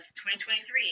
2023